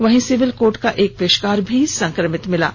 वहीं civil court का एक पेशकार संक्रमित मिला था